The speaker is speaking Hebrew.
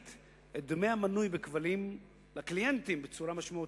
את דמי המנוי בכבלים לקליינטים בצורה משמעותית.